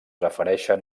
refereixen